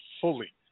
fully